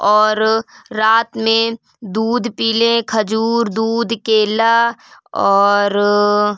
اور رات میں دودھ پی لیں کھجور دودھ کیلا اور